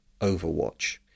Overwatch